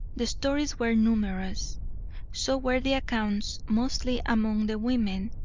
the stories were numerous so were the accounts, mostly among the women,